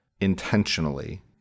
intentionally